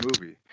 movie